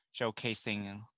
showcasing